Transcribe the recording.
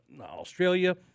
Australia